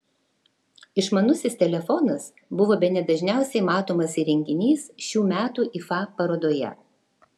išmanusis telefonas buvo bene dažniausiai matomas įrenginys šių metų ifa parodoje